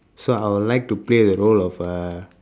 so I would like to play the role of ah